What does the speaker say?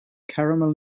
caramel